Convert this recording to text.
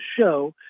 show